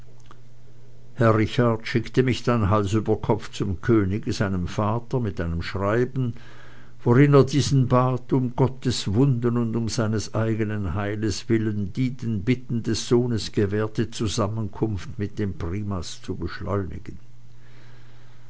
herr richard schickte mich dann hals über kopf zum könige seinem vater mit einem schreiben worin er diesen bat um gottes wunden und um seines eigenen heiles willen die den bitten des sohnes gewährte zusammenkunft mit dem primas zu beschleunigen